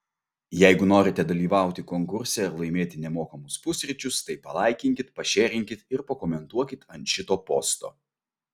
jeigu norite dalyvauti konkurse ir laimėti nemokamus pusryčius tai palaikinkit pašėrinkit ir pakomentuokit ant šito posto